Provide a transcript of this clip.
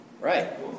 right